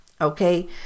okay